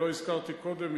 לא הזכרתי קודם,